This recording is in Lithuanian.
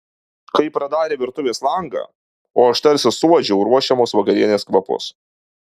kai pradarė virtuvės langą o aš tarsi suuodžiau ruošiamos vakarienės kvapus